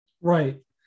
Right